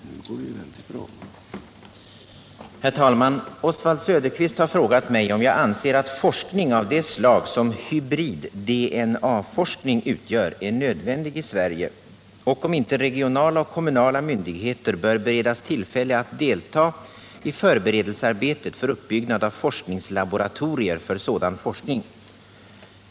77, och anförde: Herr talman! Oswald Söderqvist har frågat mig om jag anser att forskning av det slag som hybrid-DNA-forskning utgör är nödvändig i Sverige och om inte regionala och kommunala myndigheter bör beredas tillfälle att delta i förberedelsearbetet för uppbyggnad av forskningslaboratorier för sådan forskning.